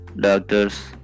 doctors